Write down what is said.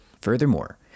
Furthermore